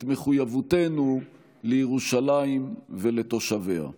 את מחויבותנו לירושלים ולתושביה.